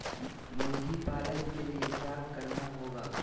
मुर्गी पालन के लिए क्या करना होगा?